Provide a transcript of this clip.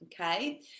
okay